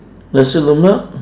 nasi lemak